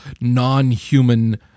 non-human